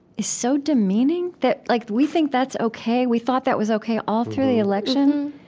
is so demeaning that like we think that's ok. we thought that was ok all through the election,